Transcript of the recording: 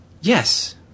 Yes